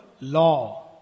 Law